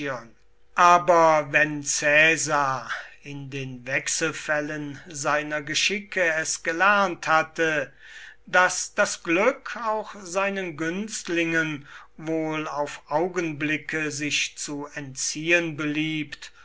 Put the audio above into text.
aber wenn caesar in den wechselfällen seiner geschicke es gelernt hatte daß das glück auch seinen günstlingen wohl auf augenblicke sich zu entziehen